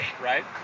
Right